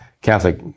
Catholic